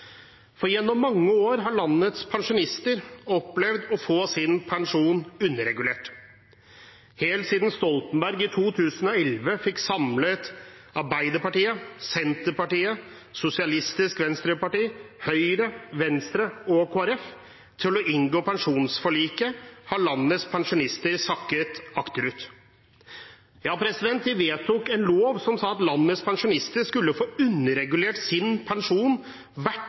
For gjennom mange år har landets pensjonister opplevd å få sin pensjon underregulert. Helt siden Stoltenberg i 2011 fikk samlet Arbeiderpartiet, Senterpartiet, Sosialistisk Venstreparti, Høyre, Venstre og Kristelig Folkeparti til å inngå pensjonsforliket, har landets pensjonister sakket akterut. Ja, de vedtok en lov som sa at landets pensjonister skulle få underregulert sin pensjon